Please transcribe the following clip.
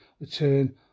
return